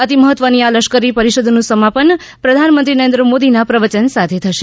અતિ મહત્વની આ લશ્કરી પરિષદનું સમાપન પ્રધાનમંત્રી નરેન્દ્ર મોદીના પ્રવચન સાથે થશે